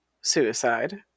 suicide